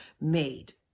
made